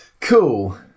Cool